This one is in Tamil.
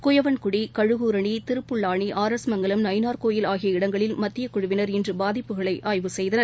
குயவன்குடி கழுகூரணி திருப்புல்லானி ஆர் எஸ் மங்கலம் நயினார் கோயில் ஆகிய இடங்களில் மத்தியக் குழுவினர் பாதிப்புகளை ஆய்வு செய்தனர்